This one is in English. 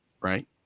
right